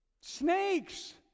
Snakes